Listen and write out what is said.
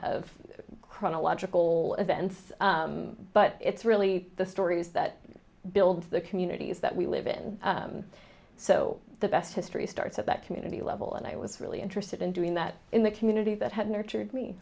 of chronological events but it's really the stories that build the community is that we live in so the best history starts at that community level and i was really interested in doing that in the community that had nurtured me